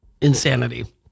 Insanity